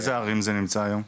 באיזה ערים זה נמצא היום?